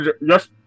Yes